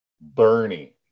Bernie